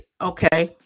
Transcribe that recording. okay